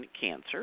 Cancer